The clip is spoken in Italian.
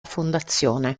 fondazione